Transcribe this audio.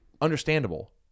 understandable